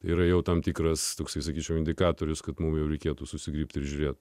yra jau tam tikras toks sakyčiau indikatorius kad mums jau reikėtų susigriebti ir žiūrėti